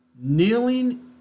Kneeling